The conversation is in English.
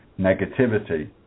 negativity